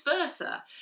versa